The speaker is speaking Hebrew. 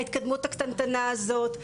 ההתקדמות הקטנטנה הזאת,